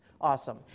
Awesome